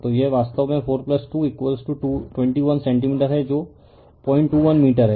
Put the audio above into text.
तो यह वास्तव में 4221 सेंटीमीटर है जो 021 मीटर है